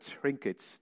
trinkets